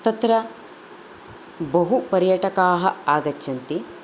तत्र बहु पर्यटकाः आगच्छन्ति